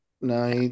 No